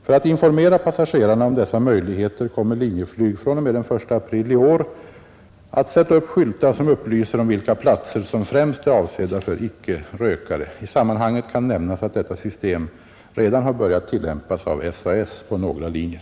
För att informera passagerarna om dessa möjligheter kommer Linjeflyg från och med den 1 april i år att sätta upp skyltar som upplyser om vilka platser som främst är avsedda för icke-rökare. I sammanhanget kan nämnas att detta system redan har börjat tillämpas av SAS på några linjer.